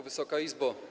Wysoka Izbo!